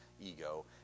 ego